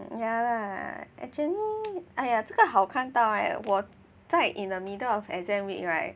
ya lah actually !aiya! 这个好看到我在 in the middle of exam week right